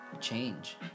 change